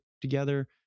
together